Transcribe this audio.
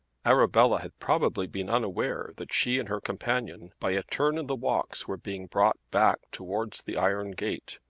arabella had probably been unaware that she and her companion by a turn in the walks were being brought back towards the iron gate.